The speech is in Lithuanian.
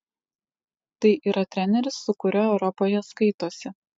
tai yra treneris su kuriuo europoje skaitosi